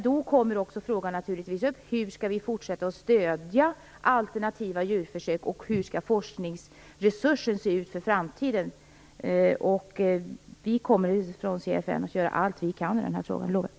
Då kommer naturligtvis frågan upp: Hur skall vi fortsätta att stödja alternativa djurförsök, och hur skall forskningsresurserna se ut i framtiden? Vi kommer från CFN att göra allt vi kan i den här frågan. Det lovar jag.